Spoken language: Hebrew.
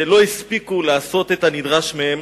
שלא הספיקו לעשות את הנדרש מהן.